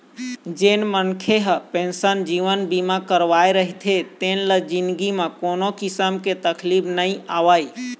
जेन मनखे ह पेंसन जीवन बीमा करवाए रहिथे तेन ल जिनगी म कोनो किसम के तकलीफ नइ आवय